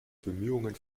bemühungen